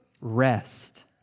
rest